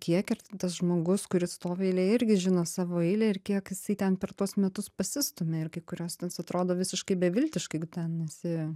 kiek ir tas žmogus kuris stovi eilėje irgi žino savo eilę ir kiek jisai ten per tuos metus pasistumia ir kai kurios ten atrodo visiškai beviltiškai jeigu ten esi